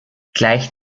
gleich